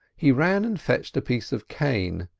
he ran and fetched a piece of cane,